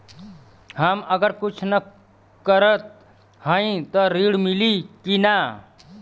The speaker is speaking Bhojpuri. हम अगर कुछ न करत हई त ऋण मिली कि ना?